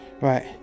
right